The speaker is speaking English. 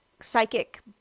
psychic